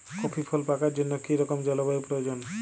Coffee ফল পাকার জন্য কী রকম জলবায়ু প্রয়োজন?